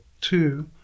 two